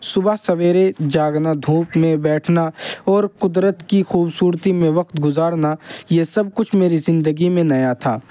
صبح سویرے جاگنا دھوپ میں بیٹھنا اور قدرت کی خوبصورتی میں وقت گزارنا یہ سب کچھ میری زندگی میں نیا تھا